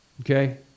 Okay